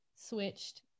switched